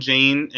Jane